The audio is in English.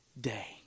day